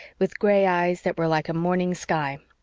with gray eyes that were like a morning sky.